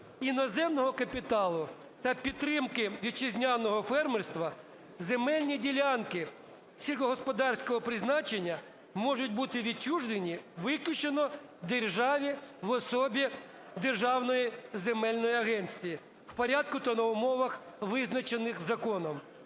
іноземного капіталу та підтримки вітчизняного фермерства земельні ділянки сільськогосподарського призначення можуть бути відчужені виключно державі в особі державної земельної агенції в порядку та на умовах, визначених законом.